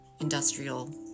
industrial